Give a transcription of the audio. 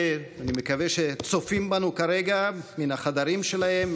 אני מקווה שהם צופים בנו כרגע מן החדרים שלהם,